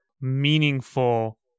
meaningful